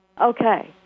okay